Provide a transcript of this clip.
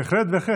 בהחלט, בהחלט.